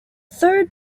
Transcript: third